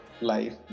life